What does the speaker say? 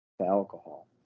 alcohol